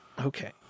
Okay